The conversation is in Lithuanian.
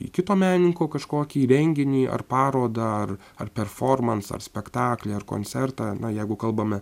į kito menininko kažkokį renginį ar parodą ar ar performansą ar spektaklį ar koncertą na jeigu kalbame